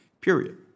period